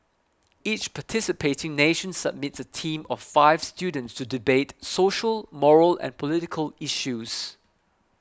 each participating nation submits a team of five students to debate social moral and political issues